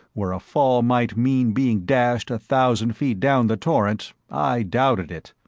where a fall might mean being dashed a thousand feet down the torrent, i doubted it.